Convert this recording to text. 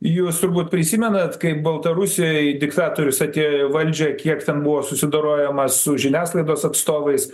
jūs turbūt prisimenat kaip baltarusijoj diktatorius atėjo į valdžią kiek ten buvo susidorojama su žiniasklaidos atstovais